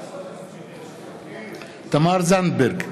בעד תמר זנדברג,